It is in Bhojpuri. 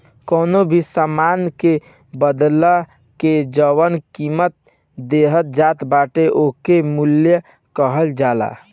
कवनो भी सामान के बदला में जवन कीमत देहल जात बाटे ओके मूल्य कहल जाला